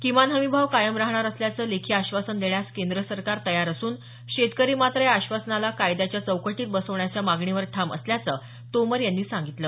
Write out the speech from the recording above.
किमान हमी भाव कायम राहणार असल्याचं लेखी आश्वासन देण्यास केंद्र सरकार तयार असून शेतकरी मात्र या आश्वासनाला कायद्याच्या चौकटीत बसवण्याच्या मागणीवर ठाम असल्याचं तोमर यांनी सांगितलं